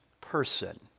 person